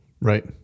Right